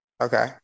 Okay